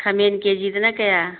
ꯈꯥꯃꯦꯟ ꯀꯦ ꯖꯤꯗꯅ ꯀꯌꯥ